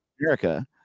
America